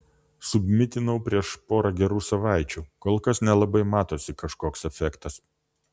submitinau prieš pora gerų savaičių kol kas nelabai matosi kažkoks efektas